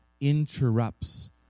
interrupts